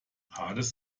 hartes